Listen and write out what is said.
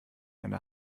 eine